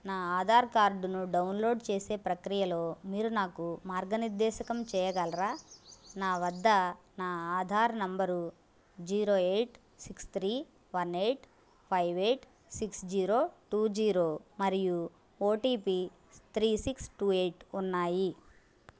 నా ఆధార్ కార్డును డౌన్లోడ్ చేసే ప్రక్రియలో మీరు నాకు మార్గనిర్దేశకం చేయగలరా నా వద్ద నా Aadhaar number zero eight six three one eight five eight six zero two zero మరియు O T P three six two eight ఉన్నాయి